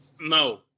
No